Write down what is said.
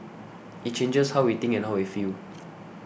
it changes how we think and how we feel